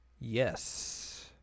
Yes